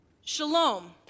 Shalom